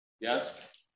Yes